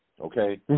okay